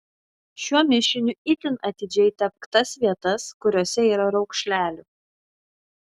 šiuo mišiniu itin atidžiai tepk tas vietas kuriose yra raukšlelių